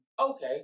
okay